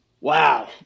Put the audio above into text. Wow